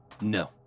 No